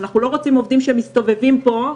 אנחנו לא רוצים עובדים שמסתובבים פה,